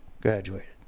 Graduated